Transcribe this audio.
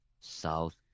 South